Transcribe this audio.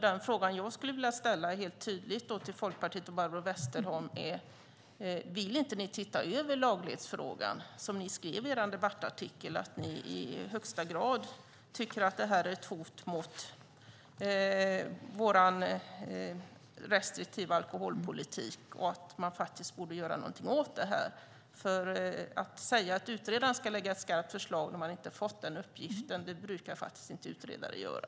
Den fråga som jag skulle vilja ställa till Folkpartiet och Barbro Westerholm är: Vill inte ni se över laglighetsfrågan? I er artikel skrev ni att ni i högsta grad tycker att det här är ett hot mot vår restriktiva alkoholpolitik och att man borde göra någonting åt det. Lägga fram ett skarpt förslag, om utredaren inte har fått den uppgiften, brukar faktiskt inte en utredare göra.